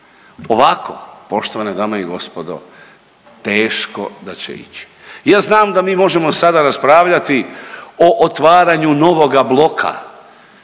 Ovako poštovane dame i gospodo teško da će ići. Ja znam da mi možemo sada raspravljati o otvaranju novoga bloka